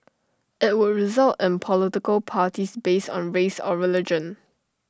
IT would result in political parties based on race or religion